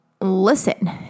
listen